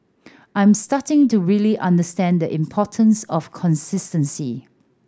I'm starting to really understand the importance of consistency